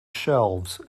shelves